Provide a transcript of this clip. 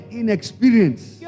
inexperienced